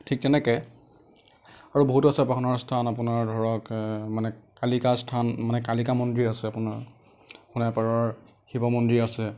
ঠিক তেনেকৈ আৰু বহুতো আছে উপাসনাৰ স্থান আপোনাৰ ধৰক মানে কালিকা স্থান মানে কালিকা মন্দিৰ আছে আপোনাৰ মানে শিৱ মন্দিৰ আছে